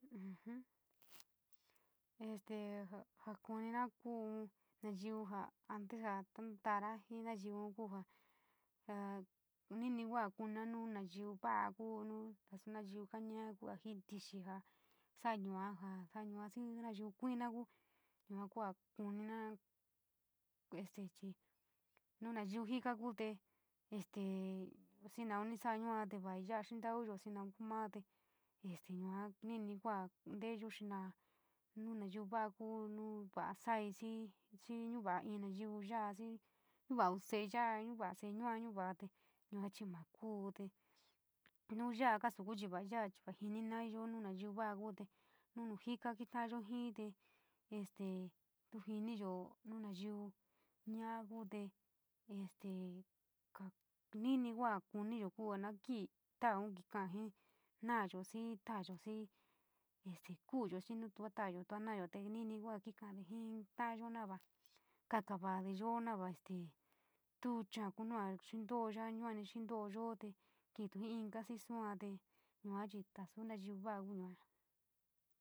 este ja koníra kuu in naiyú ja antes ja tantara ji naníú ja nini kuman naiyú vaa kuu nu naso naiyú kanina kuu ja nini tikijó sara yua ja sola yua ja naiyú kuina kuu yua kua koníra este chi no naiyú jii ka kuu te este xi nao ni sara yua te kua yua tauyo, ti naou kuu maa te este yua nini kuu inteyo tinano nu nao kuu kuu no va sala kixí naiou naiyú yua xi, noi vula sele ya, xi nava sele yuu, yuu jii te yuacherí ma kuu te nu yuu kasou kuu va yuu yin naiyú. Kuu te nu mu jii ka laloayo jii te este tuo ninjio no naiyú maa te este yua iniii kuu kuniyo kuu in na taayu, nu teou naiyú xi taayu xi kuu yuo, xi tuo kaka vaiode yuu na va este to cha, kuu nua xintoo yua yua xintoo yuu te kitúji, inka xisuate yua chi nasu nayú vaa kuu yua.